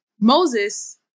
Moses